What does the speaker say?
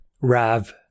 rav